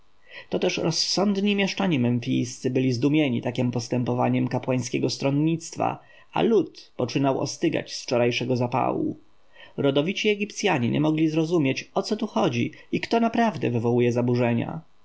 to też rozsądni mieszczanie memfijscy byli zdumieni takiem postępowaniem kapłańskiego stronnictwa a lud poczynał ostygać z wczorajszego zapału rodowici egipcjanie nie mogli zrozumieć o co tu chodzi i kto naprawdę wywołuje zaburzenia